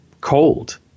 cold